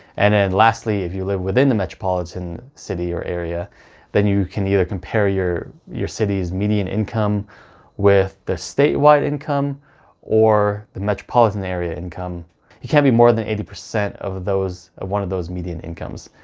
and then lastly, if you live within the metropolitan city or area then you can either compare your your city's median income with the statewide income or the metropolitan area income. you can't be more than eighty percent of those, of one of those median incomes.